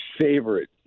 favorite